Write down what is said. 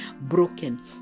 broken